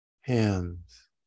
hands